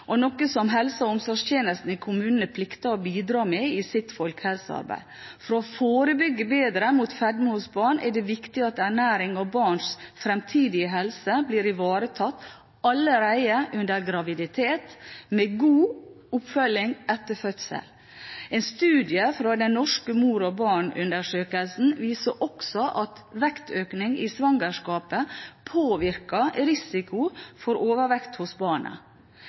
og noe som helse- og omsorgstjenesten i kommunene plikter å bidra med i sitt folkehelsearbeid. For bedre å forebygge fedme hos barn er det viktig at ernæring og barns fremtidige helse blir ivaretatt allerede under graviditet, med god oppfølging etter fødselen. En studie fra Den norske mor og barn-undersøkelsen viser også at vektøkning i svangerskapet påvirker risikoen for overvekt hos